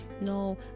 no